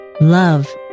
Love